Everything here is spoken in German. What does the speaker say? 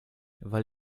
weil